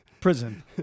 Prison